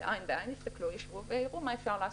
עין בעין מה אפשר לעשות.